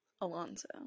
Alonso